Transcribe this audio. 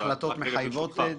ההחלטות מחייבות?